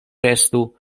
restu